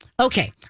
Okay